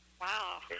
wow